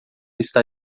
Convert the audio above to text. está